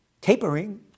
tapering